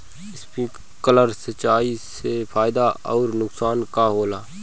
Sprinkler सिंचाई से फायदा अउर नुकसान का होला?